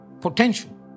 potential